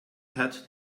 had